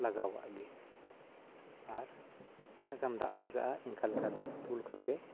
ᱞᱟᱜᱟᱣ ᱟᱫᱜᱮ ᱟᱨ ᱛᱤᱱᱟᱹᱜ ᱜᱟᱱ ᱫᱟᱜ ᱞᱟᱜᱟᱜᱼᱟ ᱮᱱᱠᱟ ᱞᱮᱠᱟ ᱫᱟᱜ ᱫᱩᱞ ᱠᱟᱛᱮᱫ